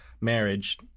marriage